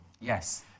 Yes